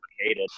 hated